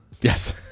Yes